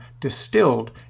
distilled